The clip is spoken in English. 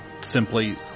simply